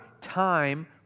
time